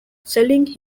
selling